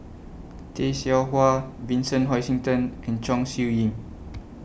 Tay Seow Huah Vincent Hoisington and Chong Siew Ying